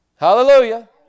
Hallelujah